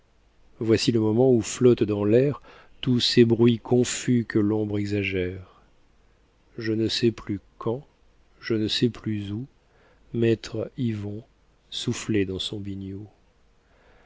voici le moment où flottent dans l'air tous ces bruits confus que l'ombre exagère je ne sais plus quand je ne sais plus où maître yvon soufflait dans son biniou